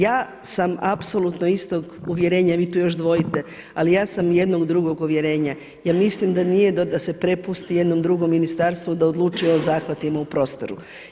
Ja sam apsolutno istog uvjerenja i vi tu još dvojite, ali ja sam jednog drugog uvjerenja jer mislim da nije da se prepusti jednom drugom ministarstvu da odlučuje o zahvatima u prostoru.